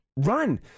Run